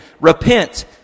Repent